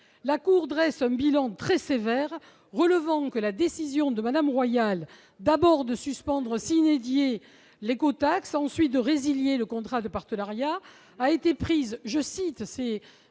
Elle dresse un bilan très sévère, relevant que la décision de Mme Royal, d'abord de suspendre l'écotaxe, puis de résilier le contrat de partenariat, a été prise- je cite M.